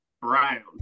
brown